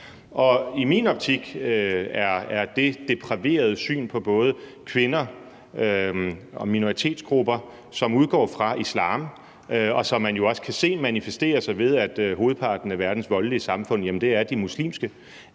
I min optik er det det depraverede syn på både kvinder og minoritetsgrupper, som udgår fra islam, og som man jo også kan se manifesterer sig ved, at hovedparten af verdens voldelige samfund er de muslimske.